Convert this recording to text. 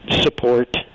support